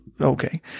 okay